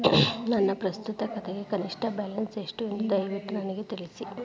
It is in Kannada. ನನ್ನ ಪ್ರಸ್ತುತ ಖಾತೆಗೆ ಕನಿಷ್ಟ ಬ್ಯಾಲೆನ್ಸ್ ಎಷ್ಟು ಎಂದು ದಯವಿಟ್ಟು ನನಗೆ ತಿಳಿಸಿ